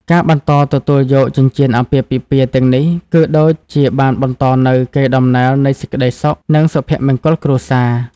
ការបន្តទទួលយកចិញ្ចៀនអាពាហ៍ពិពាហ៍ទាំងនេះ គឺដូចជាបានបន្តនូវ កេរដំណែលនៃសេចក្ដីសុខ និង សុភមង្គលគ្រួសារ។